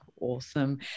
Awesome